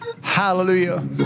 Hallelujah